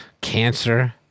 cancer